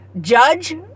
judge